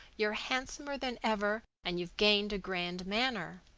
you're handsomer than ever and you've gained a grand manner.